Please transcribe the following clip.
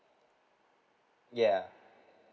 yeah